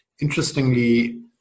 Interestingly